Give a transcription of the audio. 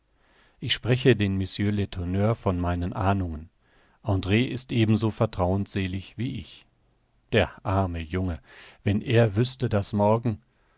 ich spreche den mr letourneur von meinen ahnungen andr ist ebenso vertrauensselig wie ich der arme junge wenn er wüßte daß morgen